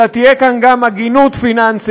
אלא תהיה כאן גם הגינות פיננסית,